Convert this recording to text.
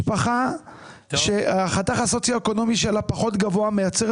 משפחה שהחתך הסוציו-אקונומי שלה פחות גבוה מייצרת